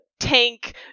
tank